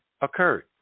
occurred